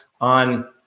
on